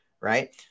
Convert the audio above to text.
right